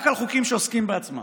רק על חוקים שעוסקים בעצמה,